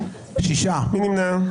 מי נמנע?